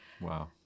Wow